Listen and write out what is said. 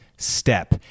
step